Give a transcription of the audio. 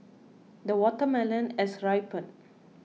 the watermelon has ripened